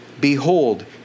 Behold